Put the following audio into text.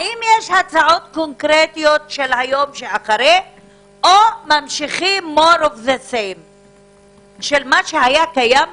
האם יש הצעות קונקרטיות של היום שאחרי או ממשיכים מה שהיה קיים קודם?